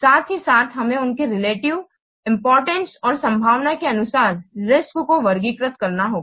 साथ ही साथ हमें उनके रिलेटिव इंपॉर्टेंस और संभावना के अनुसार रिस्क्स को वर्गीकृत करना होगा